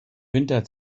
winter